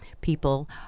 people